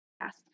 Yes